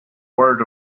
word